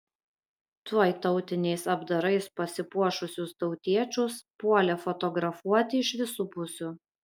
tuoj tautiniais apdarais pasipuošusius tautiečius puolė fotografuoti iš visų pusių